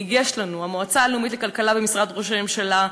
יש לנו: המועצה הלאומית לכלכלה במשרד ראש הממשלה,